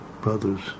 brothers